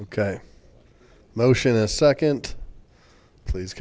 ok motion a second please